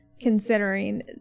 considering